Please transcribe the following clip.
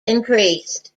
increased